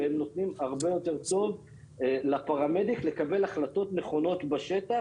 והם נותנים הרבה יותר יכולת לפרמדיק לקבל החלטות נכונות בשטח,